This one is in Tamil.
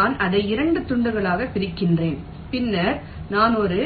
நான் அதை 2 துண்டுகளாகப் பிரிக்கிறேன் பின்னர் நான் ஒரு